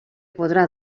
podrà